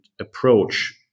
approach